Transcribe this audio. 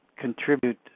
contribute